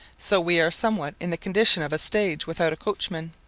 so we are somewhat in the condition of a stage without a coachman,